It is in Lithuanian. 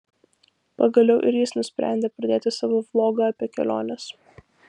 pagaliau ir jis nusprendė pradėti savo vlogą apie keliones